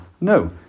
No